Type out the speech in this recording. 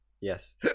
yes